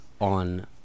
on